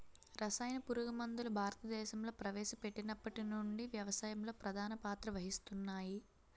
రసాయన పురుగుమందులు భారతదేశంలో ప్రవేశపెట్టినప్పటి నుండి వ్యవసాయంలో ప్రధాన పాత్ర వహిస్తున్నాయి